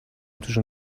توشون